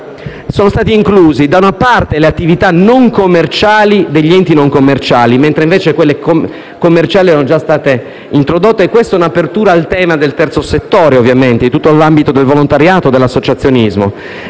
sono state incluse, da una parte, le attività non commerciali degli enti non commerciali, mentre invece quelle commerciali erano state già introdotte. È un'apertura al tema del terzo settore, di tutto l'ambito del volontariato e dell'associazionismo.